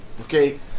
okay